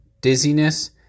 dizziness